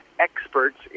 experts